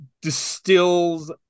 distills